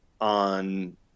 on